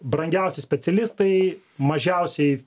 brangiausi specialistai mažiausiai